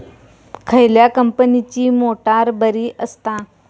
खयल्या कंपनीची मोटार बरी असता?